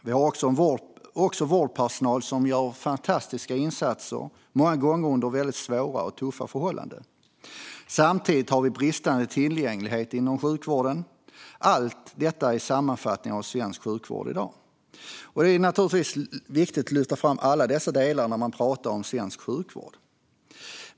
Vi har också vårdpersonal som gör fantastiska insatser, många gånger under väldigt svåra och tuffa förhållanden. Samtidigt har vi bristande tillgänglighet inom sjukvården. Allt detta är en sammanfattning av svensk sjukvård i dag. Det är naturligtvis viktigt att lyfta fram alla dessa delar när man talar om svensk sjukvård.